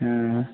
आयँ